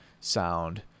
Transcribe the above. sound